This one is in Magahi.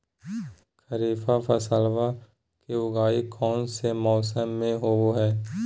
खरीफ फसलवा के उगाई कौन से मौसमा मे होवय है?